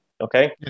okay